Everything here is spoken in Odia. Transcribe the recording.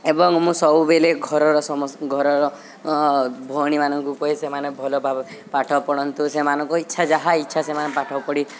ଏବଂ ମୁଁ ସବୁବେଳେ ଘରର ଘରର ଭଉଣୀ ମାନଙ୍କୁ ସେମାନେ ଭଲ ପାଠ ପଢ଼ନ୍ତୁ ସେମାନଙ୍କୁ ଇଚ୍ଛା ଯାହା ଇଚ୍ଛା ସେମାନେ ପାଠ ପଢ଼ି